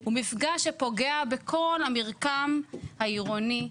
הוא מפגע שפוגע בכל המרקם העירוני,